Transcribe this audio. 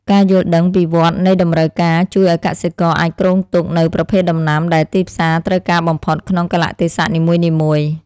ការយល់ដឹងពីវដ្តនៃតម្រូវការជួយឱ្យកសិករអាចគ្រោងទុកនូវប្រភេទដំណាំដែលទីផ្សារត្រូវការបំផុតក្នុងកាលៈទេសៈនីមួយៗ។